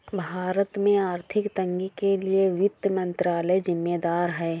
भारत में आर्थिक तंगी के लिए वित्त मंत्रालय ज़िम्मेदार है